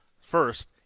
first